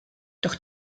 doch